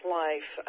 life